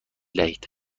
دهید